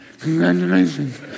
congratulations